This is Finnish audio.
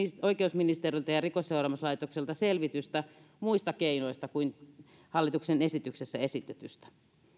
oikeusministeriöltä ja rikosseuraamuslaitokselta selvitystä muista keinoista kuin hallituksen esityksessä esitetystä